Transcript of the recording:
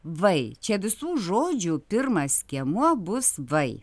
vai čia visų žodžių pirmas skiemuo bus vai